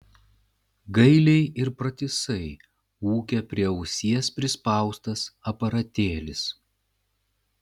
gailiai ir pratisai ūkia prie ausies prispaustas aparatėlis